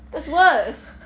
that's worse